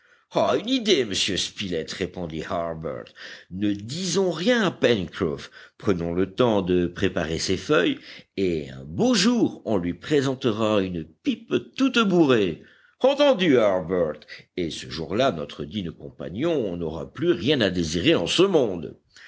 une idée monsieur spilett répondit harbert ne disons rien à pencroff prenons le temps de préparer ces feuilles et un beau jour on lui présentera une pipe toute bourrée entendu harbert et ce jour-là notre digne compagnon n'aura plus rien à désirer en ce monde